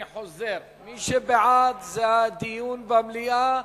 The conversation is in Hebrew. אני חוזר, מי שבעד, זה דיון במליאה,